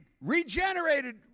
regenerated